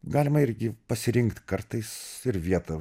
galima irgi pasirinkt kartais ir vietą